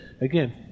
again